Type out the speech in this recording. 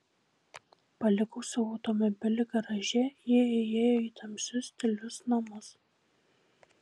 palikusi automobilį garaže ji įėjo į tamsius tylius namus